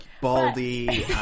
Baldy